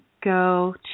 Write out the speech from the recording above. go